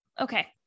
Okay